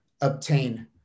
obtain